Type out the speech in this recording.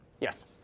Yes